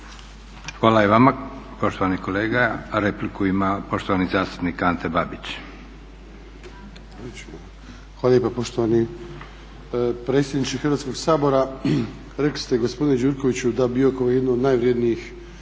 Hvala i vama poštovani kolega. Repliku ima poštovani zastupnik Ante Babić. **Babić, Ante (HDZ)** Hvala lijepa poštovani predsjedniče Hrvatskoga sabora. Rekli ste gospodine Gjurkoviću da je Biokovo jedno od najvrednijih